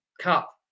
Cup